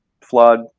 flood